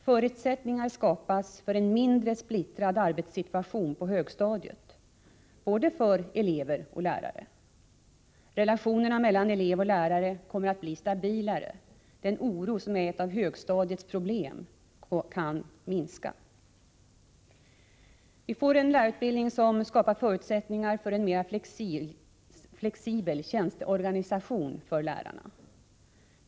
Förutsättningar skapas för en mindre splittrad arbetssituation på högstadiet, för både lärare och elever. Relationerna mellan elev och lärare kommer att bli stabilare. Den oro som är ett av högstadiets problem kan minska. Vi får en lärarutbildning som skapar förutsättningar för en mera flexibel tjänsteorganisation för lärarna.